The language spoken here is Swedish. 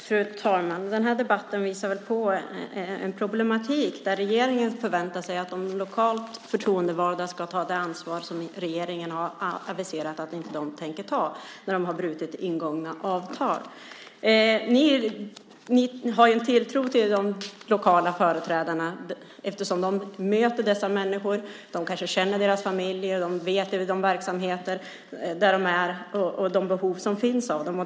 Fru talman! Den här debatten visar på den problematik som innebär att regeringen förväntar sig att de lokalt förtroendevalda ska ta ansvaret för det som regeringen aviserat att den inte tänker ta genom att bryta ingångna avtal. Det finns en tilltro till de lokala företrädarna eftersom de möter dessa människor, känner kanske deras familjer, vet om de verksamheter där de finns och de behov som finns av dem.